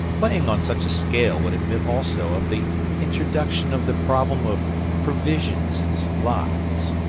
playing on such a scale would admit also of the introduction of the problem of provisions and supplies.